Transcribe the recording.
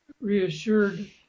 reassured